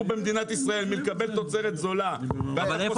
במדינת ישראל מלקבל תוצרת זולה --- אבל אביר,